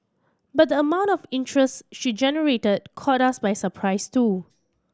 but the amount of interest she generated caught us by surprise too